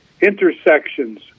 intersections